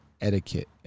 etiquette